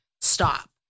stop